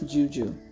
Juju